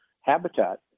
habitat